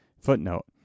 Footnote